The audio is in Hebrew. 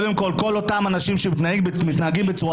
כל האנשים שמתנהגים ככה